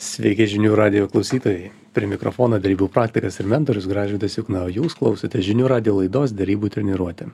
sveiki žinių radijo klausytojai prie mikrofono derybų praktikas ir mentorius gražvydas jukna o jūs klausote žinių radijo laidos derybų treniruotė